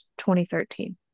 2013